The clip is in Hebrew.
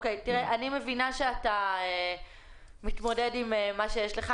אני מבינה אתה מתמודד עם מה שיש לך.